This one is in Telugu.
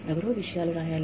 ఎవరో విషయాలు రాయాలి